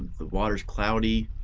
the water's cloudy,